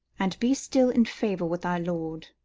and be still in favour with thy lord.